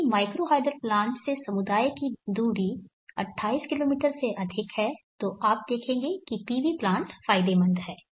यदि micro hydel plant से समुदाय की दूरी 28 किलोमीटर से अधिक है और आप देखेंगे कि PV प्लांट फायदेमंद है